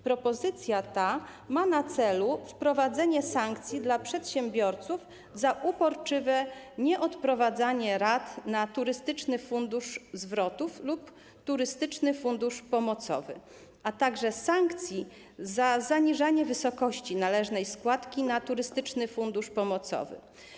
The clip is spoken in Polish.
Propozycja ta ma na celu wprowadzenie sankcji dla przedsiębiorców za uporczywe nieodprowadzanie rat na Turystyczny Fundusz Zwrotów lub Turystyczny Fundusz Pomocowy, a także sankcji za zaniżanie wysokości należnej składki na Turystyczny Fundusz Pomocowy.